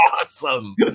awesome